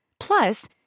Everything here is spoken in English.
Plus